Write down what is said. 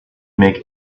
make